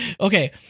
okay